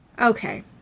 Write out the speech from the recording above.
Okay